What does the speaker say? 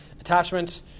Attachment